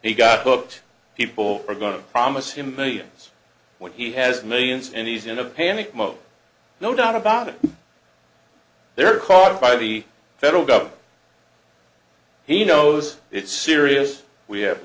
he got booked people are going to promise him millions what he has millions and he's in a panic mode no doubt about it they're caught by the federal government he knows it's serious we have